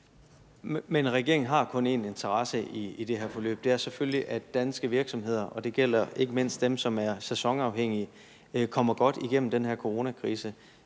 Regeringen har kun én interesse i det her forløb, og det er selvfølgelig, at danske virksomheder, og det gælder ikke mindst dem, som er sæsonafhængige, kommer godt igennem den her coronakrise.